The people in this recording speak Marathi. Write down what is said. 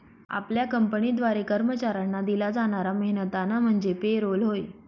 आपल्या कंपनीद्वारे कर्मचाऱ्यांना दिला जाणारा मेहनताना म्हणजे पे रोल होय